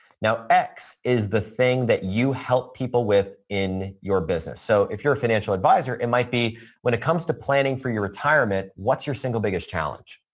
now, x is the thing that you help people with in your business. so, if you're a financial advisor, it might be when it comes to planning for your retirement, what's your single biggest challenge?